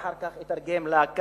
ואחר כך אתרגם לקלדנית: